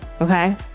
Okay